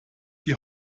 die